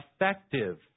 effective